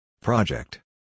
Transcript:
Project